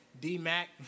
D-Mac